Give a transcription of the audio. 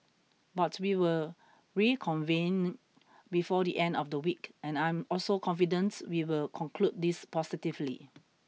but we will reconvene before the end of the week and I am also confident we will conclude this positively